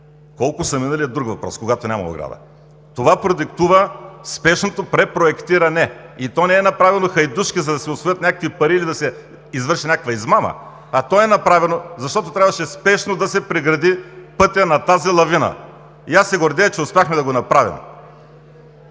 Колко са минали, е друг въпрос, когато няма ограда. Това продиктува спешното препроектиране и то не е направено хайдушката, за да се усвоят някакви пари, или да се извърши някаква измама, а то е направено, защото трябваше спешно да се прегради пътят на тази лавина. И аз се гордея, че успяхме да го направим!